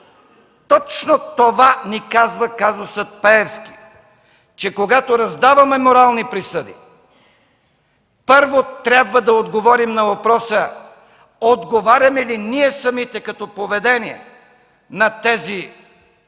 Точно това ни казва казусът Пеевски, че когато раздаваме морални присъди, първо трябва да отговорим на въпроса: отговаряме ли ние самите като поведение на тези стандарти,